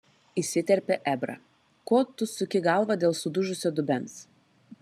įsiterpė ebrą ko tu suki galvą dėl sudužusio dubens